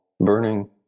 burning